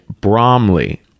Bromley